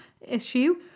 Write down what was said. issue